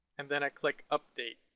and then i click update.